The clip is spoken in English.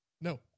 No